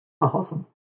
Awesome